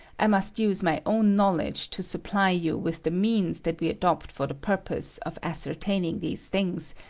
i must use my own knowledge to supply you with the means that we adopt for the purpose of ascertaining these things,